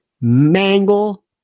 mangle